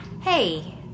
hey